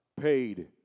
paid